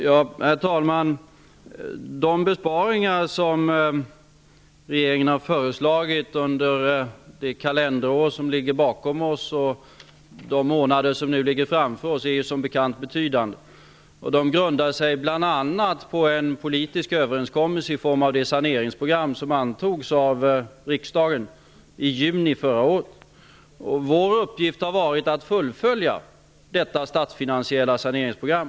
Herr talman! De besparingar som regeringen har föreslagit under det kalenderår som ligger bakom oss och de månader som ligger framför oss är som bekant betydande. De grundar sig bl.a. på en politisk överenskommelse, i form av det saneringsprogram som antogs av riksdagen i juni förra året. Vår uppgift har varit att fullfölja detta statsfinansiella saneringsprogram.